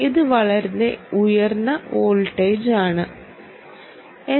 ഇത് വളരെ ഉയർന്ന വോൾട്ടേജാണ് തന്നത്